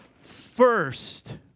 first